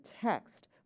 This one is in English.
text